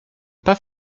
pas